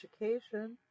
education